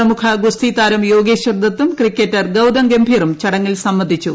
പ്രമുഖ ഗുസ്തി താരം യോഗേശ്വർ ദത്തും ക്രിക്കറ്റർ ഗൌതം ഗംഭീറും ചടങ്ങിൽ സംബന്ധിച്ചു